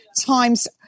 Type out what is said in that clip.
times